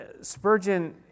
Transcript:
Spurgeon